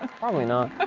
ah probably not.